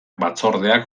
batzordeak